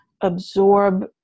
absorb